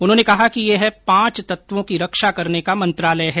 उन्होंने कहा कि यह पांच तत्वों की रक्षा करने का मंत्रालय है